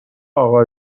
اقا